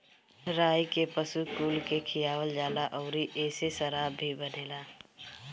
राई के पशु कुल के खियावल जाला अउरी एसे शराब भी बनेला